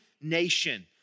nation